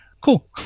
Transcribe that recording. cool